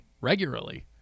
regularly